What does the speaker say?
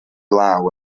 law